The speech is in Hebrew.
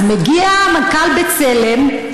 אז מגיע מנכ"ל בצלם,